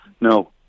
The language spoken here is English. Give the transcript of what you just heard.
No